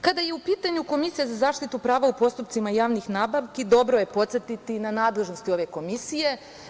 Kada je u pitanju Komisija za zaštitu prava u postupcima javnih nabavki, dobro je podsetiti na nadležnosti ove Komisije.